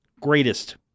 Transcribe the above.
Greatest